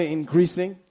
increasing